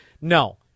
No